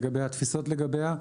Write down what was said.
לגבי התפיסות לגביה.